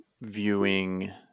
viewing